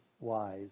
wise